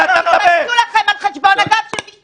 כי להגיד את זה --- מיכל, מיכל, מיכל.